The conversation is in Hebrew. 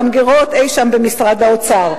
במגירות אי-שם במשרד האוצר.